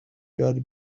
gotta